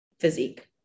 physique